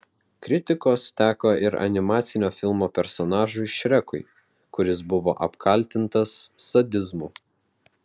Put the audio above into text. kritikos teko ir animacinio filmo personažui šrekui kuris buvo apkaltintas sadizmu